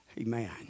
Amen